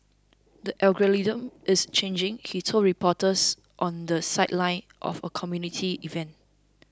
the algorithm is changing he told reporters on the sideline of a community event